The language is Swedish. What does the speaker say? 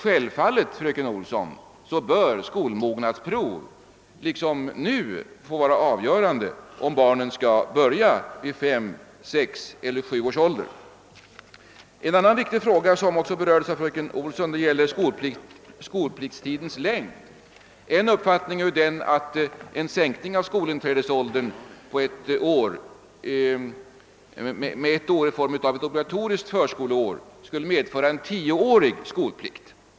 Självfallet bör skolmognadsprov då liksom nu få vara avgörande för om barnen skall börja vid fem, sex eller sju års ålder. En annan viktig fråga som också berördes av fröken Olsson gällde skolpliktstidens längd, En uppfattning är att en sänkning av skolinträdesåldern med ett år i form av ett obligatoriskt förskoleår skulle medföra en tioårig skolplikt.